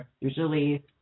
Usually